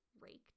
raked